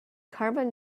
carbon